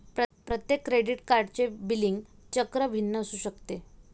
प्रत्येक क्रेडिट कार्डचे बिलिंग चक्र भिन्न असू शकते